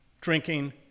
drinking